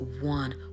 one